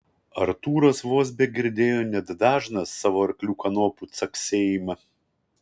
artūras vos begirdėjo net dažną savo arklio kanopų caksėjimą